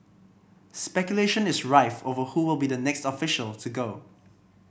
speculation is rife over who will be the next official to go